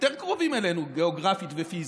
יותר קרובים אלינו גיאוגרפית ופיזית,